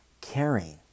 caring